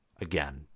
Again